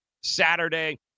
Saturday